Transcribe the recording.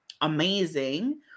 amazing